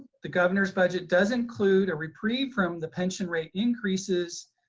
the governor's budget does include a reprieve from the pension rate increases.